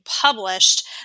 published